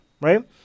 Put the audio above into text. right